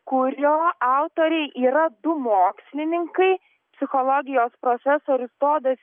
kurio autoriai yra du mokslininkai psichologijos profesorius todas